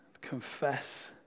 confess